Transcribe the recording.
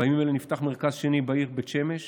בימים אלה נפתח מרכז שני בעיר בית שמש